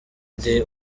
ndi